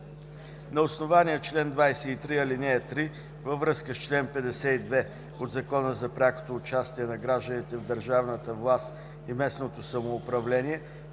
На основание чл. 23, ал. 3 във връзка с чл. 52 от Закона за прякото участие на гражданите в държавната власт и местното самоуправление